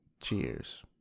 Cheers